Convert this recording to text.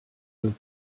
would